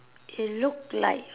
it look like